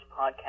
podcast